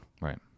Right